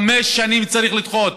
בחמש שנים צריך לדחות.